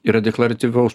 yra deklaratyvaus